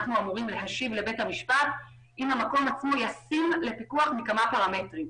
אנחנו אמורים להשיב לבית המשפט אם המקום עצמו ישים לפיקוח מכמה פרמטרים: